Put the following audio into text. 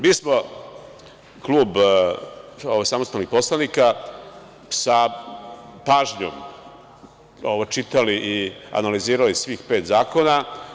Mi smo, Klub samostalnih poslanika, sa pažnjom čitali i analizirali svih pet zakona.